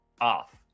off